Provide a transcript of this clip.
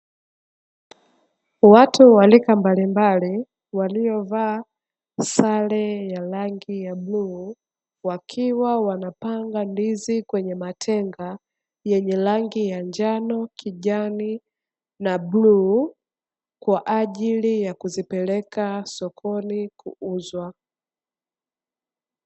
Watu wa rika mbalimbali waliovaa sare ya rangi ya bluu wakiwa wanapanga ndizi kwenye matenga yenye rangi ya njano, kijani na bluu kwa ajili ya kuzipeleka sokoni kuuzwa.